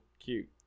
cute